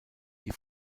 die